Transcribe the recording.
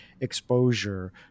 exposure